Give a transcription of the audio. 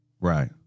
Right